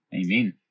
Amen